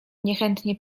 niechętnie